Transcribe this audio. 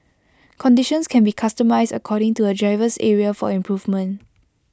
conditions can be customised according to A driver's area for improvement